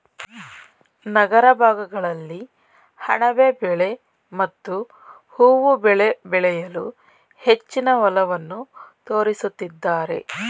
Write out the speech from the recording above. ನಗರ ಭಾಗಗಳಲ್ಲಿ ಅಣಬೆ ಬೆಳೆ ಮತ್ತು ಹೂವು ಬೆಳೆ ಬೆಳೆಯಲು ಹೆಚ್ಚಿನ ಒಲವನ್ನು ತೋರಿಸುತ್ತಿದ್ದಾರೆ